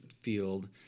field